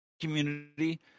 community